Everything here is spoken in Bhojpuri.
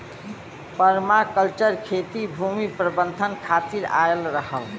पर्माकल्चर खेती भूमि प्रबंधन खातिर आयल रहल